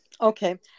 Okay